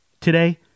Today